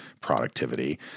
productivity